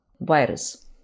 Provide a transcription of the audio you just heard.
virus